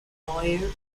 lawyer